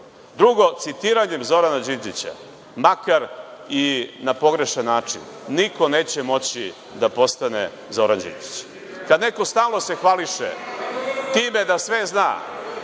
citiranjem Zorana Đinđića, makar i na pogrešan način, niko neće moći da postane Zoran Đinđić. Kada se neko stalno hvališe time da sve zna,